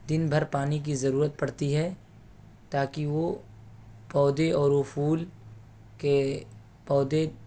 دن بھر پانی کی ضرورت پڑتی ہے تاکہ وہ پودے اور وہ پھول کے پودے